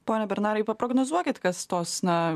pone bernarai paprognozuokit kas tos na